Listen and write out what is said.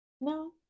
no